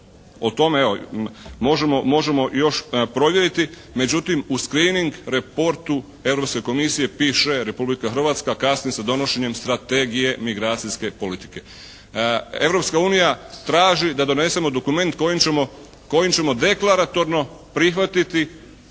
O tome evo možemo još provjeriti međutim u screening reportu Europske komisije piše: "Republika Hrvatska kasni sa donošenjem strategije migracijske politike." Europska unija traži da donesemo dokument kojim ćemo deklaratorno prihvatiti